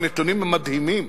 הנתונים הם מדהימים.